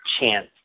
chance